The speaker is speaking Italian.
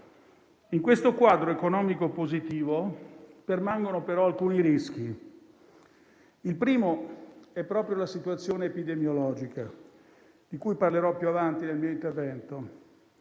In questo quadro economico positivo permangono, però, alcuni rischi. Il primo è proprio la situazione epidemiologica, di cui parlerò più avanti nel mio intervento.